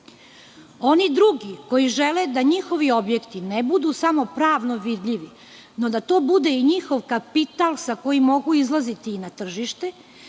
drugi, koji žele da njihovi objekti ne budu samo pravno vidljivi, no da to bude njihov kapital sa kojim mogu izlaziti na tržište,